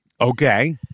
Okay